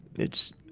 it's,